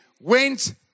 went